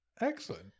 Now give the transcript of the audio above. Excellent